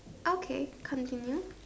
okay continue